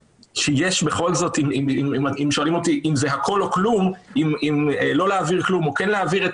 אם שואלים אותי אם לא להעביר כלום או להעביר את